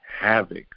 havoc